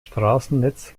straßennetz